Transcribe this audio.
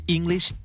English